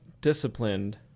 disciplined